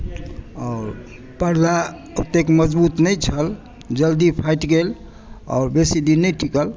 आओर पर्दा ओतेक मजबुत नहि छल जल्दी फाटि गेल बेसी दिन नहि टिकल